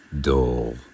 dull